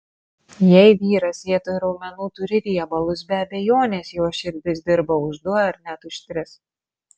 jei vyras vietoj raumenų turi riebalus be abejonės jo širdis dirba už du ar net už tris